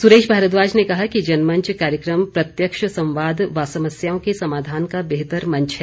सुरेश भारद्वाज ने कहा कि जनमंच कार्यक्रम प्रत्यक्ष संवाद व समस्याओं के समाधान का बेहतर मंच है